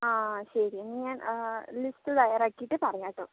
ആ ശരി ഞാൻ ലിസ്റ്റ് തയ്യാറാക്കിയിട്ട് പറയാട്ടോ